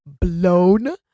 blown